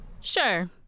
Sure